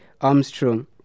Armstrong